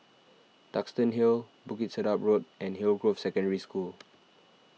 Duxton Hill Bukit Sedap Road and Hillgrove Secondary School